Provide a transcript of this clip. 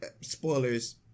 spoilers